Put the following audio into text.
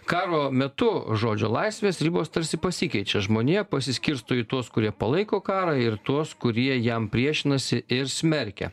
karo metu žodžio laisvės ribos tarsi pasikeičia žmonija pasiskirsto į tuos kurie palaiko karą ir tuos kurie jam priešinasi ir smerkia